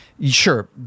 sure